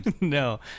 No